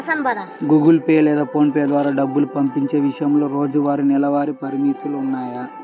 Google Pay లేదా PhonePe ద్వారా డబ్బు పంపించే విషయంలో రోజువారీ, నెలవారీ పరిమితులున్నాయి